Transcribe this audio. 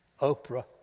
Oprah